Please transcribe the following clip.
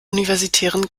universitären